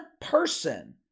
person